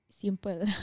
simple